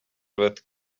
with